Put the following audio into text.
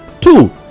Two